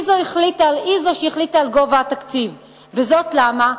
היא שהחליטה על גובה התקציב, וזאת למה?